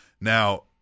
Now